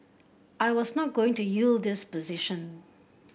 I was not going to yield this position